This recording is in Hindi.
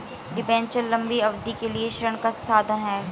डिबेन्चर लंबी अवधि के लिए ऋण का साधन है